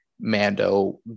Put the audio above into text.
Mando